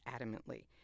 adamantly